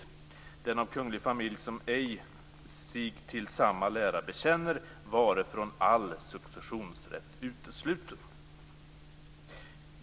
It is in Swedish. Den av kungl. familjen som ej sig till samma lära bekänner, vare från all successionsrätt utesluten."